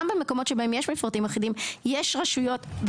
במקומות שבהם יש מפרטים אחידים יש רשויות רבות אחרות,